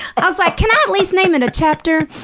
and i was like, can i at least name it a chapter?